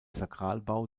sakralbau